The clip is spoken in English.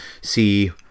see